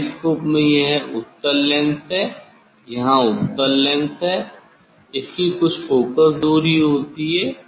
telescope में यह उत्तल लेंस है यहां उत्तल लेंस यहां है इसकी कुछ फोकस दूरी होती है